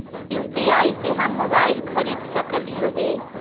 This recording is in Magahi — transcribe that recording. यु.पी.आई से हम मोबाईल खरिद सकलिऐ है